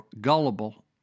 gullible